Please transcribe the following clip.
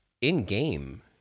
in-game